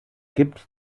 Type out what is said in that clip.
gibt